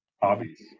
hobbies